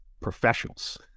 professionals